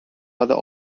other